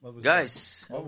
Guys